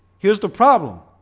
here's the problem.